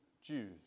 Jews